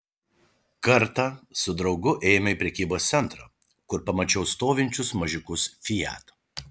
kartą su draugu ėjome į prekybos centrą kur pamačiau stovinčius mažiukus fiat